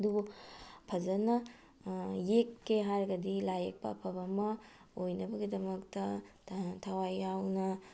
ꯑꯗꯨꯕꯨ ꯐꯖꯅ ꯌꯦꯛꯀꯦ ꯍꯥꯏꯔꯒꯗꯤ ꯂꯥꯏ ꯌꯦꯛꯄ ꯑꯐꯕ ꯑꯃ ꯑꯣꯏꯅꯕꯒꯤꯗꯃꯛꯇ ꯊꯋꯥꯏ ꯌꯥꯎꯅ